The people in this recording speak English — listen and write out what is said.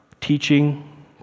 teaching